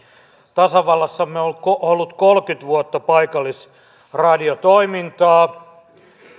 tasavallassamme on ollut kolmekymmentä vuotta paikallisradiotoimintaa